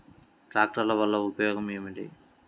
ట్రాక్టర్ల వల్ల ఉపయోగం ఏమిటీ?